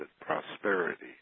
prosperity